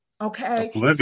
Okay